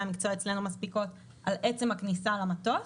המקצוע אצלנו מספיקות על עצם הכניסה למטוס,